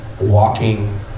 walking